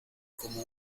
como